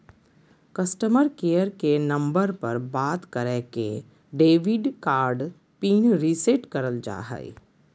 customer care के number पर बात करके डेबिट कार्ड पिन रीसेट करल जा हय